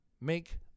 make